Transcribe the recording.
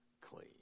clean